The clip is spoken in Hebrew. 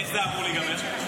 איך זה אמור להיגמר?